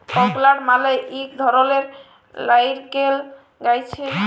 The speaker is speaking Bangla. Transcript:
ককলাট মালে ইক ধরলের লাইরকেল গাহাচে হ্যয়